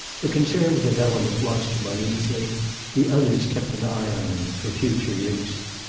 the conservative element watched him uneasily the others kept an eye on him, for future use.